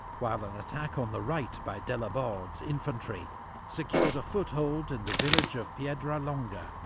while an attack on the right by delaborde's infantry secured a foothold in the village of piedralonga,